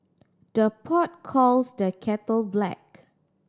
the pot calls the kettle black